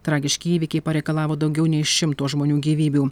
tragiški įvykiai pareikalavo daugiau nei šimto žmonių gyvybių